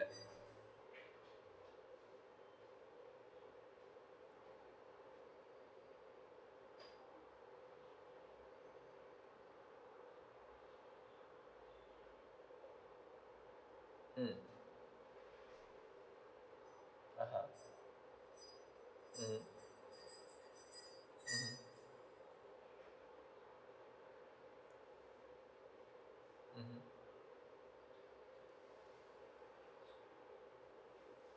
mm (uh huh) mm mm